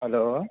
hello